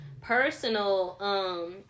personal